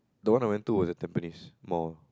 the one I went to was at Tampines Mall